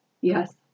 Yes